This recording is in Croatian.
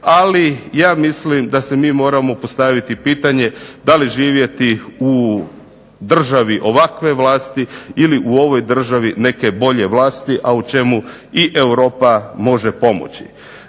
ali ja mislim da se mi moramo postaviti pitanje da li živjeti u državi ovakve vlasti ili u ovoj državi neke bolje vlasti, a u čemu i Europa može pomoći.